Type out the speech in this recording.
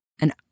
And